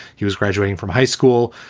he was graduating from high school.